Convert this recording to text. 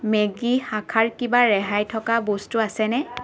Maggi শাখাৰ কিবা ৰেহাই থকা বস্তু আছেনে